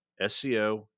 SEO